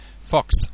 Fox